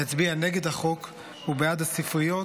להצביע נגד החוק ובעד הספריות,